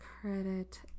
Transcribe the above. credit